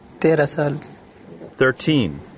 Thirteen